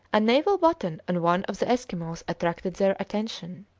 a naval button on one of the eskimos attracted their attention.